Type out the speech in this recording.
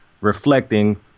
reflecting